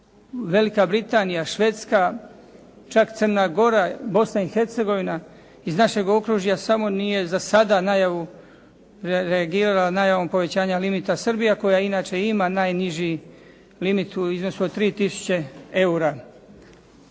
Velika Britanija, Švedska, čak Crna Gora, Bosna i Hercegovina. Iz našeg okružja samo nije za sada najavu reagirao, najavom povećanja limita Srbija koja inače ima najniži limit u iznosu od 3000 eura.